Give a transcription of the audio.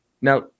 Now